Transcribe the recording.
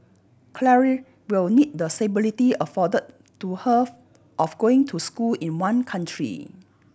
Claire will need the stability afforded to her of going to school in one country